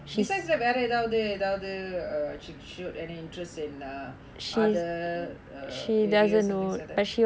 besides that வேற எதாவது எதாவது:vera ethaavathu ethaavathu she showed any interest in err other areas something like